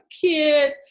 kid